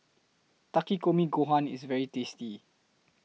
Takikomi Gohan IS very tasty